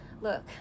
Look